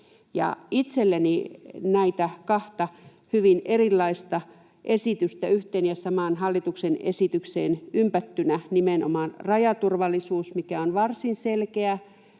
Itselleni näistä kahdesta hyvin erilaisesta esityksestä yhteen ja samaan hallituksen esitykseen ympättynä nimenomaan rajaturvallisuus, mikä on varsin selkeä